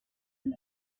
good